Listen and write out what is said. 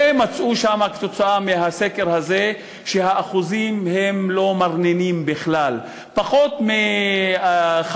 ומצאו שם כתוצאה מהסקר הזה שהאחוזים הם לא מרנינים בכלל: פחות מ-15%,